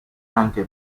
anche